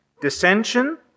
dissension